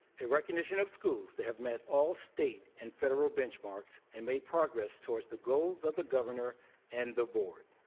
a recognition of schools that have met all state and follow bench marks and made progress towards the goals of the governor and the board.